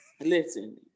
Listen